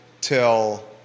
till